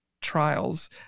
trials